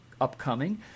upcoming